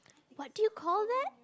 what do you call that